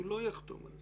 שהוא לא יחתום על זה.